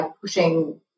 pushing